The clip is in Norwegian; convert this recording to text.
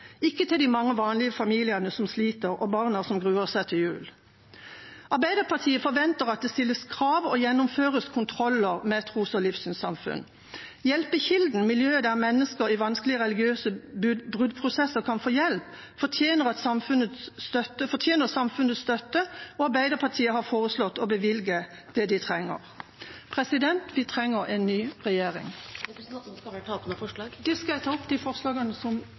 ikke til de mange vanlige familiene som sliter, og barna som gruer seg til jul. Arbeiderpartiet forventer at det stilles krav til og gjennomføres kontroller med tros- og livssynssamfunn. Hjelpekilden, miljøet der mennesker i vanskelige religiøse bruddprosesser kan få hjelp, fortjener samfunnets støtte, og Arbeiderpartiet har foreslått å bevilge det de trenger. Vi trenger en ny regjering. Jeg tar til slutt opp Arbeiderpartiets forslag til innstillingen. Da har representanten Kari Henriksen tatt opp de forslagene